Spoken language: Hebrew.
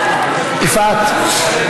יפעת,